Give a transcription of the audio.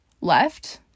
left